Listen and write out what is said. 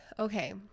Okay